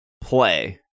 play